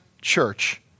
church